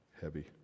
heavy